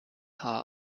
haar